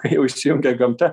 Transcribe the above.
kai jau įsijungia gamta